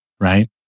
right